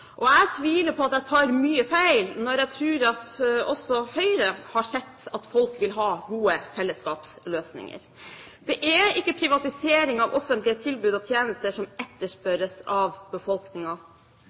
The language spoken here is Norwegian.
Jeg tviler på at jeg tar mye feil når jeg tror at også Høyre har sett at folk vil ha gode fellesskapsløsninger. Det er ikke privatisering av offentlige tilbud og tjenester som